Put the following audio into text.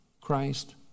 Christ